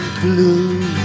blue